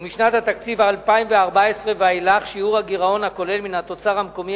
ומשנת התקציב 2014 ואילך שיעור הגירעון הכולל מן התוצר המקומי